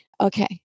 Okay